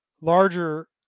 larger